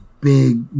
big